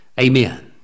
amen